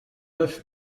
oeuf